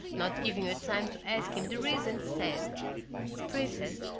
not giving her time to ask him the reason, said princess,